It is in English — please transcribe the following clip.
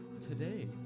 today